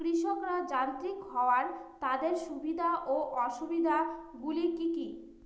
কৃষকরা যান্ত্রিক হওয়ার তাদের সুবিধা ও অসুবিধা গুলি কি কি?